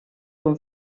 com